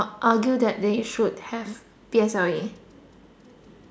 argue that they should have P_S_L_E